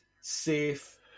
safe